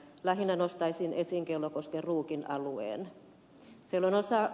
lähinnä nostaisin esiin kellokosken ruukin alueen